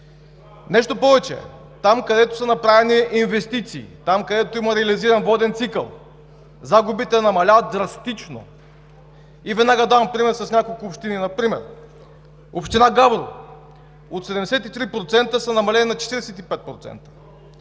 Нещо повече, там, където са направени инвестиции, там, където има реализиран воден цикъл, загубите намаляват драстично. И веднага давам пример с няколко общини. Например община Габрово от 73% са намалени на 45%,